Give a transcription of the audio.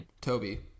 Toby